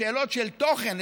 לשאלות של תוכן,